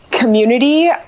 Community